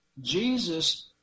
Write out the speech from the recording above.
Jesus